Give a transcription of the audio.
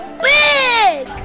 big